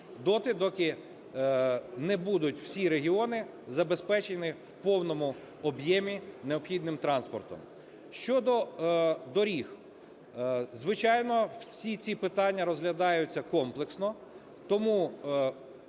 доти, доки не будуть всі регіони забезпечені в повному об'ємі необхідним транспортом. Щодо доріг. Звичайно, всі ці питання розглядаються комплексно. Тому